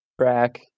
Track